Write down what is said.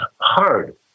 hard